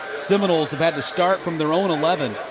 seminoles have had to start from their own eleven.